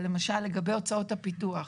אבל למשל לגבי הוצאות הפיתוח.